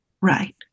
Right